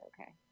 okay